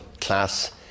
class